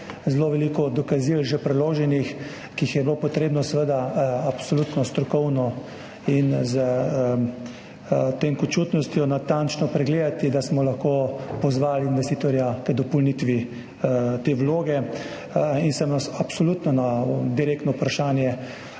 zelo veliko dokazil, ki jih je bilo potrebno seveda absolutno strokovno in s tenkočutnostjo natančno pregledati, da smo lahko pozvali investitorja k dopolnitvi te vloge, sem absolutno na direktno vprašanje